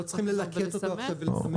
--- לא צריכים ללקט אותו עכשיו לסמן.